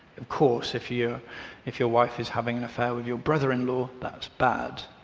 of course if you if your wife is having an affair with your brother-in-law, that's bad.